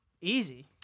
easy